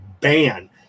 ban